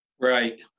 Right